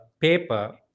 paper